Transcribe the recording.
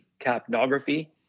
capnography